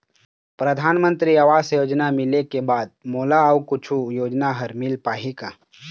परधानमंतरी आवास योजना मिले के बाद मोला अऊ कुछू योजना हर मिल पाही का?